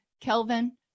kelvin